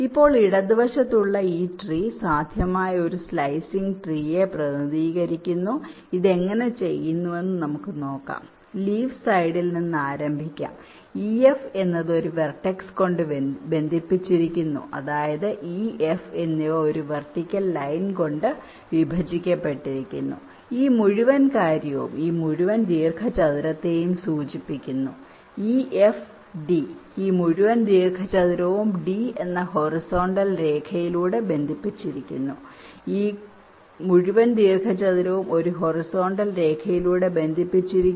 ഇപ്പോൾ ഇടതുവശത്തുള്ള ഈ ട്രീ സാധ്യമായ ഒരു സ്ലൈസിങ് ട്രീയെ പ്രതിനിധീകരിക്കുന്നു ഇത് എങ്ങനെ ചെയ്തുവെന്ന് നമുക്ക് നോക്കാം ലീഫ് സൈഡിൽ നിന്ന് ആരംഭിക്കാം ef എന്നത് ഒരു വേർട്സ് കൊണ്ട് ബന്ധിപ്പിച്ചിരിക്കുന്നു അതായത് e f എന്നിവ ഒരു വെർട്ടിക്കൽ ലൈൻ കൊണ്ട് വിഭജിക്കപ്പെട്ടിരിക്കുന്നു ഈ മുഴുവൻ കാര്യവും ഈ മുഴുവൻ ദീർഘചതുരത്തെയും സൂചിപ്പിക്കുന്നു e f d ഈ മുഴുവൻ ദീർഘചതുരവും d എന്ന ഹൊറിസോണ്ടൽ രേഖയിലൂടെ ബന്ധിപ്പിച്ചിരിക്കുന്നു കൂടാതെ ഈ മുഴുവൻ ദീർഘചതുരവും ഒരു ഹൊറിസോണ്ടൽ രേഖയിലൂടെ ബന്ധിപ്പിച്ചിരിക്കുന്നു